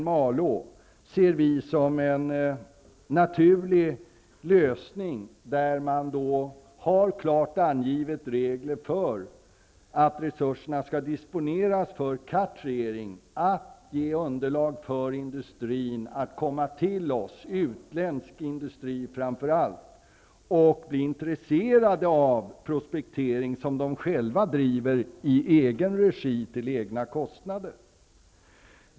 Malå, ser vi som en naturlig lösning, där det finns klart angivna regler för att resurserna skall disponeras för kartering, för att ge underlag för industrin, framför allt utländsk industri, att bli intresserad av prospektering, som man själv driver i egen regi till egna kostnader.